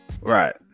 Right